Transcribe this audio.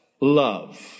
love